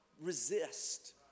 resist